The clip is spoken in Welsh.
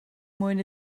mwyn